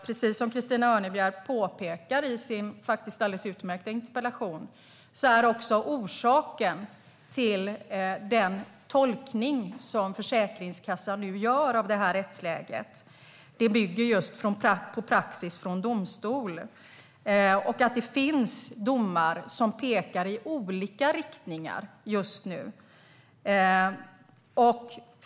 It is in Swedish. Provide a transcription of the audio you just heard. Precis som Christina Örnebjär påpekar i sin alldeles utmärkta interpellation bygger den tolkning som Försäkringskassan nu gör av rättsläget på praxis från domstol. Det finns domar som pekar i olika riktningar.